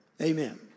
amen